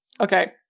okay